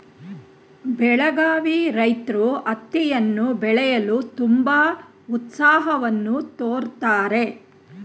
ಬೆಳಗಾವಿ ರೈತ್ರು ಹತ್ತಿಯನ್ನು ಬೆಳೆಯಲು ತುಂಬಾ ಉತ್ಸಾಹವನ್ನು ತೋರುತ್ತಾರೆ